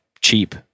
cheap